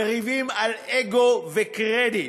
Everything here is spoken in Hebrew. בריבים על אגו ועל קרדיט,